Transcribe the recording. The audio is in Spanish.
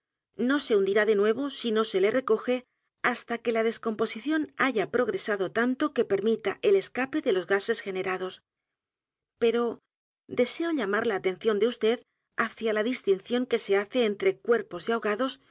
na se hundirá de nuevo si no se le recoge h a s t a que la descomposición haya progresado tanto que permita el escape de los gases generados p e r o deseo llamar la atención de vd hacia la distinción que se hace entre cuerpos de ahogados